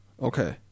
Okay